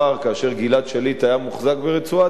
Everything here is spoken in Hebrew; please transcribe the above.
כאשר גלעד שליט היה מוחזק ברצועת-עזה,